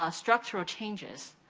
um structural changes,